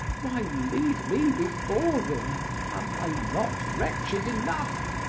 why lead me before them? am i not wretched enough?